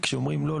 שכשאומרים לא,